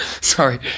Sorry